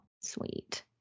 sweet